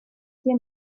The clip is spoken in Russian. все